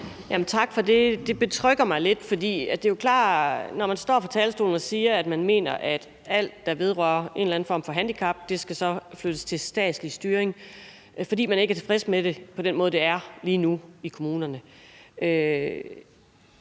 Tak for det. Det betrygger mig lidt. Det er jo klart, at står man på talerstolen og siger, at man mener, at alt, der vedrører en eller anden form for handicap, skal flyttes til statslig styring, fordi man ikke er tilfreds med den måde, som det er på lige nu i kommunerne.